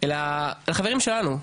אלא לחברים שלנו,